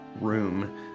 room